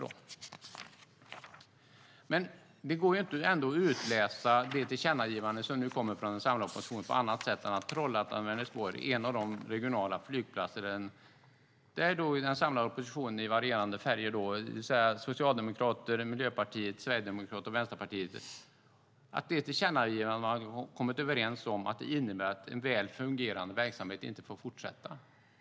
Detta går inte att utläsa på något annat sätt än att Trollhättan-Vänersborgs flygplats är en av de regionala flygplatser där den samlade oppositionen i varierande färger, det vill säga Socialdemokraterna, Miljöpartiet, Sverigedemokraterna och Vänsterpartiet, har kommit överens om ett tillkännagivande som innebär att en väl fungerande verksamhet inte får fortsätta.